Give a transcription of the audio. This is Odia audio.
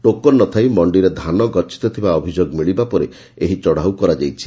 ଟୋକନ୍ ନ ଥାଇ ମଖିରେ ଧାନ ଗଛିତ ଥିବା ଅଭିଯୋଗ ମିଳିବା ପରେ ଏହି ଚଡ଼ାଉ କରାଯାଇଛି